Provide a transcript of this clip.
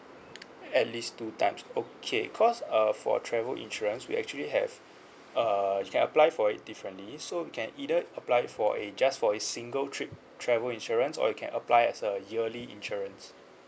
at least two times okay cause uh for travel insurance we actually have uh you can apply for it differently so you can either apply for a just for a single trip travel insurance or you can apply as a yearly insurance